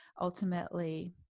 ultimately